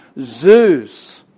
Zeus